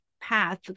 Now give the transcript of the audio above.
path